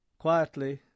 Quietly